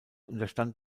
unterstand